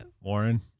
Warren